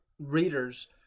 readers